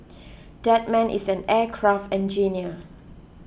that man is an aircraft engineer